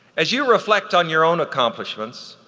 as you reflect on your own accomplishments,